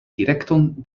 direkton